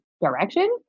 direction